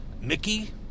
Mickey